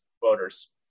voters